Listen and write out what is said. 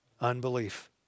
unbelief